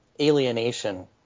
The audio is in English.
alienation